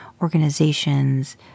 organizations